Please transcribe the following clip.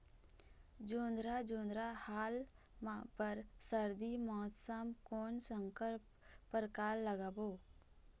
जोंधरा जोन्धरा हाल मा बर सर्दी मौसम कोन संकर परकार लगाबो?